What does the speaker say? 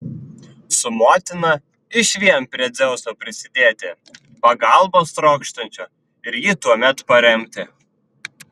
su motina išvien prie dzeuso prisidėti pagalbos trokštančio ir jį tuomet paremti